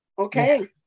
Okay